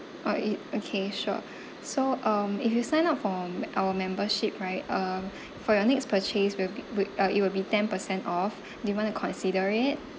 uh it okay sure so um if you sign up for our membership right um for your next purchase will be we uh it will be ten percent off do you want to consider it